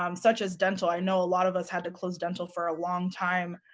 um such as dental, i know a lot of us had to close dental for a long time.